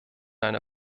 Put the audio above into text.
einer